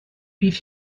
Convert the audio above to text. bydd